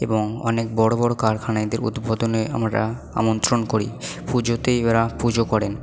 এবং অনেক বড়ো বড়ো কারখানা এদের উদ্বোধনে আমরা আমন্ত্রণ করি পুজোতে পুজো করেন